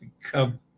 come